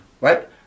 Right